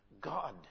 God